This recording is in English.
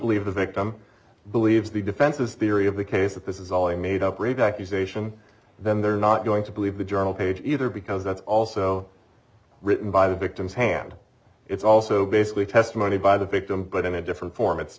leave the victim believes the defense's theory of the case that this is all a made up rape accusation then they're not going to believe the journal page either because that's also written by the victim's hand it's also basically testimony by the victim but in a different form it's